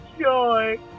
joy